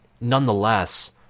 nonetheless